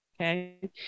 okay